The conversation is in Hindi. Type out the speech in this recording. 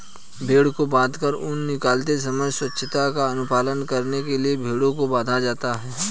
भेंड़ को बाँधकर ऊन निकालते समय स्वच्छता का अनुपालन करने के लिए भेंड़ों को बाँधा जाता है